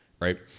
right